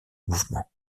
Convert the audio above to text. mouvement